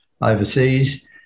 overseas